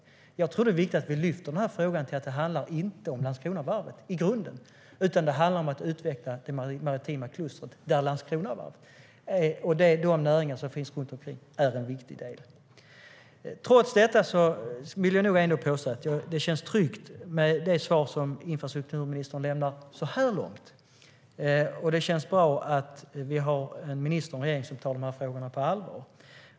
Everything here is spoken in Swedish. Jag tror att det är viktigt att vi lyfter denna fråga till att det inte handlar om Landskronavarvet i grunden utan att det handlar om att utveckla det maritima klustret där Landskronavarvet och de näringar som finns runt omkring är en viktig del. Trots detta vill jag ändå påstå att det känns tryggt med det svar som infrastrukturministern lämnar så här långt, och det känns bra att vi har en minister och en regering som tar dessa frågor på allvar.